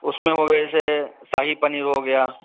उसमें हो गया जैसे शाही पनीर हो गया